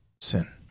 sin